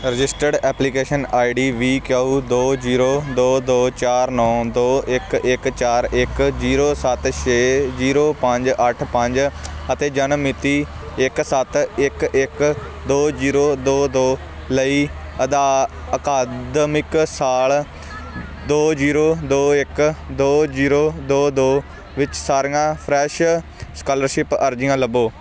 registered application ID ਵੀ K U ਦੋ zero ਦੋ ਦੋ ਚਾਰ ਨੌਂ ਦੋ ਇੱਕ ਇੱਕ ਚਾਰ ਇੱਕ ਜ਼ੀਰੋ ਸੱਤ ਛੇ ਜ਼ੀਰੋ ਪੰਜ ਅੱਠ ਪੰਜ ਅਤੇ ਜਨਮ ਮਿਤੀ ਇੱਕ ਸੱਤ ਇੱਕ ਇੱਕ ਦੋ ਜ਼ੀਰੋ ਦੋ ਦੋ ਲਈ ਅਦਾ ਅਕਾਦਮਿਕ ਸਾਲ ਦੋ ਜ਼ੀਰੋ ਦੋ ਇੱਕ ਦੋ ਜ਼ੀਰੋ ਦੋ ਦੋ ਵਿੱਚ ਸਾਰੀਆਂ ਫਰੈਸ਼ ਸਕਾਲਰਸ਼ਿਪ ਅਰਜ਼ੀਆਂ ਲੱਭੋ